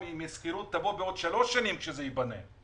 ומהשכירות יבואו בעוד 3 שנים כשזה ייבנה.